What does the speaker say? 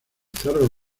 cerros